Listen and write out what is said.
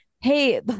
Hey